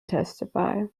testify